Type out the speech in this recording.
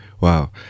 Wow